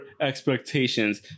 expectations